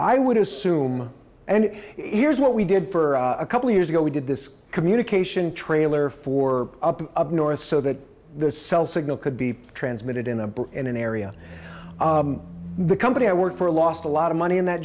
i would assume and here's what we did for a couple years ago we did this communication trailer for up north so that the cell signal could be transmitted in a book in an area the company i work for lost a lot of money in that